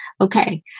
Okay